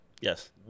Yes